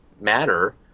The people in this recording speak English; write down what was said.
matter